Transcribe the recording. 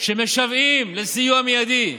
שמשוועים לסיוע מיידי.